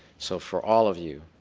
so for all of you,